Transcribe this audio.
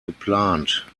geplant